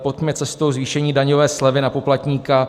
Pojďme cestou zvýšení daňové slevy na poplatníka.